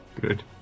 Good